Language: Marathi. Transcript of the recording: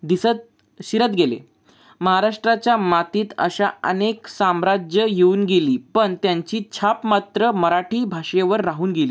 दिसत शिरत गेले महाराष्ट्राच्या मातीत अशा अनेक साम्राज्य येऊन गेली पण त्यांची छाप मात्र मराठी भाषेवर राहून गेली